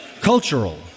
cultural